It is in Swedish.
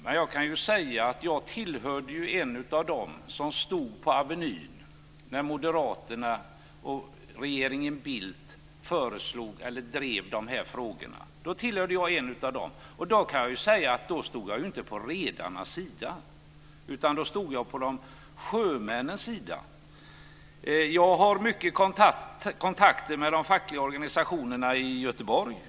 Men jag tillhörde faktiskt dem som stod på Avenyn när Moderaterna och regeringen Bildt drev de här frågorna. Jag tillhörde dem, och då stod jag inte på redarnas sida. Då stod jag på sjömännens sida. Jag har många kontakter med de fackliga organisationerna i Göteborg.